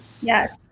Yes